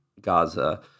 Gaza